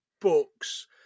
books